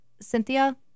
Cynthia